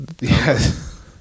Yes